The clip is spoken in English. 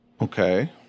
Okay